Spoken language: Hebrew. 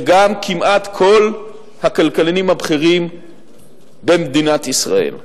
וגם כמעט כל הכלכלנים הבכירים במדינת ישראל.